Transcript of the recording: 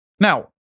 Now